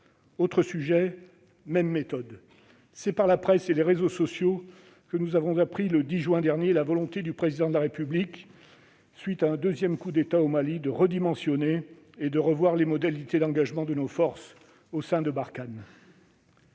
Autre sujet, même méthode : c'est par la presse et les réseaux sociaux que nous avons appris, le 10 juin dernier, la volonté du Président de la République, après un deuxième coup d'État au Mali, de redimensionner et de revoir les modalités d'engagement de nos forces au sein de Barkhane